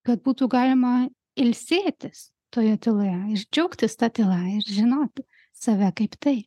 kad būtų galima ilsėtis toje tyloje ir džiaugtis ta tyla ir žinot save kaip tai